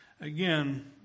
again